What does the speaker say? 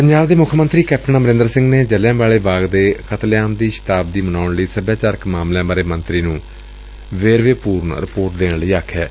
ਪੰਜਾਬ ਦੇ ਮੁੱਖ ਮੰਤਰੀ ਕੈਪਟਨ ਅਮਰਿੰਦਰ ਸਿੰਘ ਨੇ ਜਲ਼ਿਆਂਵਾਲੇ ਬਾਗ ਦੇ ਕਤਲੇਆਮ ਦੀ ਸ਼ਤਾਬਦੀ ਮਨਾਉਣ ਲਈ ਸੱਭਿਆਚਾਰ ਮਾਮਲਿਆਂ ਦੇ ਮੰਤਰੀ ਨੂੰ ਵੇਰਵੇ ਪੁਰਨ ਰਿਪੋਰਟ ਦੇਣ ਲਈ ਕਿਹੈ